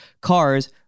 Cars